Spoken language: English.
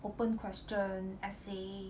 open question essay